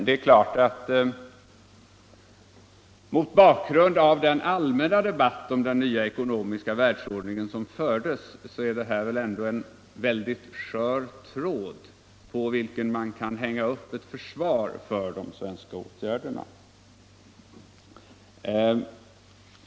Men mot bakgrund av den allmänna debatt om den nya ekonomiska världsordningen som fördes är detta väl ändå en väldigt skör tråd på vilken man försöker hänga upp ett försvar för de svenska åtgärderna.